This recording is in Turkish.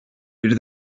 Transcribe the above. bir